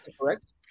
correct